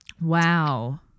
Wow